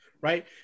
right